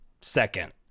second